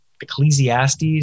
Ecclesiastes